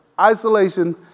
Isolation